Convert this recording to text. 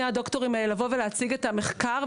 הדוקטורים האלה לבוא ולהציג את המחקר,